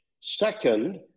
Second